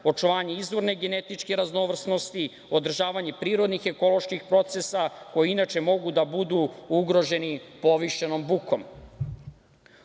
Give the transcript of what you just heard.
očuvanje izvorne genetičke raznovrsnosti, održavanje prirodnih ekoloških procesa koji inače mogu da budu ugroženi povišenom bukom.U